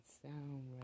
sound